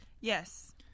Yes